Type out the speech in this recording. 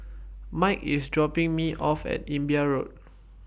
Mike IS dropping Me off At Imbiah Road